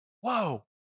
Whoa